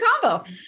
combo